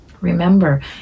remember